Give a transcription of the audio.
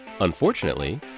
Unfortunately